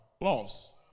loss